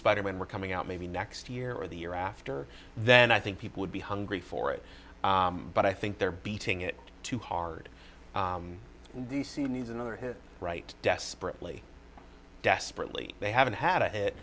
spider man were coming out maybe next year or the year after then i think people would be hungry for it but i think they're beating it too hard and d c needs another hit right desperately desperately they haven't had a hit